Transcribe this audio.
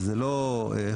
זה לא חובה,